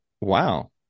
Wow